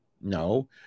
No